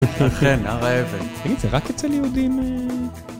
אכן, הרעבת. תגיד, זה רק אצל יהודים